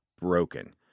broken